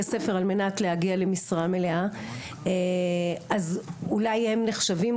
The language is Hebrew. ספר על מנת להגיע למשרה מלאה אז אולי הם נחשבים